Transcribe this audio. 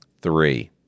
three